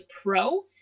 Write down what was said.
pro